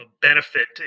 benefit